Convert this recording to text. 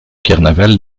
carnaval